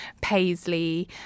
paisley